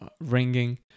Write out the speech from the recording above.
ringing